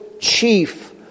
chief